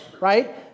right